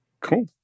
cool